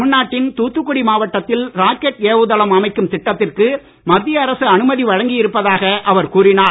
தமிழ்நாட்டின் தூத்துக்குடி மாவட்டத்தில் ராக்கெட் ஏவுதளம் அமைக்கும் திட்டத்திற்கு மத்திய அரசு அனுமதி வழங்கி இருப்பதாக அவர் கூறினார்